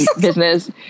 business